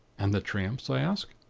and the tramps? i asked.